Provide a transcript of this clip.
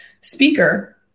speaker